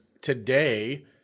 today